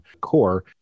core